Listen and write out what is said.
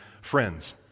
friends